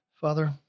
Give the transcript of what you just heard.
Father